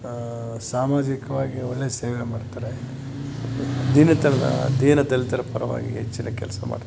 ಸಾಮಾಜಿಕವಾಗಿ ಒಳ್ಳೆಯ ಸೇವೆ ಮಾಡ್ತಾರೆ ದೀನತಲ್ತ ದೀನ ದಲಿತರ ಪರವಾಗಿ ಹೆಚ್ಚಿನ ಕೆಲಸ ಮಾಡ್ತಾರೆ